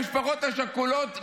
המשפחות השכולות,